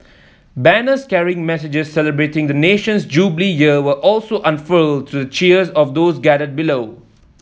banners carrying messages celebrating the nation's Jubilee Year were also unfurled to the cheers of those gathered below